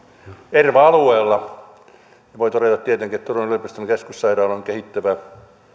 erva alueella ja voi todeta tietenkin että turun yliopistollinen keskussairaala on kehittyvä